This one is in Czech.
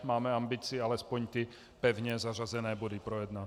Máme ambici alespoň ty pevně zařazené body projednat.